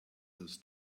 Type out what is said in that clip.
this